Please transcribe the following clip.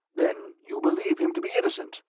then you believe him to be innocent?